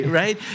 right